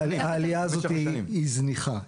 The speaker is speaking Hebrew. העלייה הזאת היא זניחה.